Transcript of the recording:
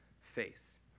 face